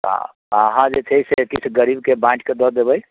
आ आहाँ जे छै से किछु गरीबके बाँटिकऽ दऽ देबै